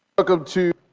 become too